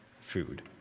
food